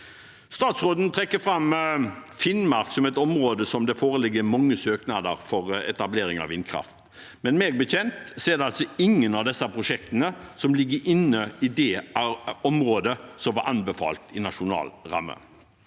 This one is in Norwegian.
Statsråden trekker fram Finnmark som et område der det foreligger mange søknader for etablering av vindkraft, men meg bekjent er det ingen av disse prosjektene som ligger inne i det området som var anbefalt i nasjonal ramme.